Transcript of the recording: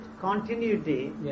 continuity